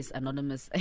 anonymous